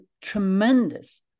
tremendous